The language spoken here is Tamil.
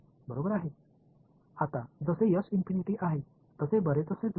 இப்போது உண்மையில் அது தொலைவில் உள்ளது நம்முடைய ஆதாரம் இங்கே பொருத்தப்பட்டது